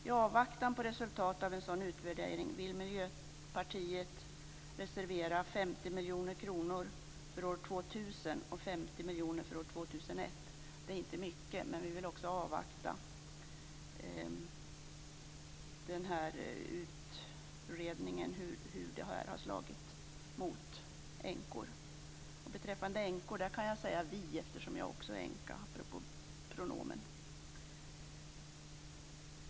I avvaktan på resultatet av en sådan utvärdering vill Miljöpartiet reservera 50 miljoner kronor för år 2000 och 50 miljoner kronor för år 2001. Det är inte mycket, men vi vill också avvakta utredningen om hur detta har slagit mot änkor. Beträffande änkor kan jag förresten säga vi, eftersom jag själv är änka - detta apropå pronomen.